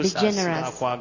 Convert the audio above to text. generous